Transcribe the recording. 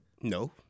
No